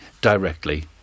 directly